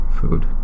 Food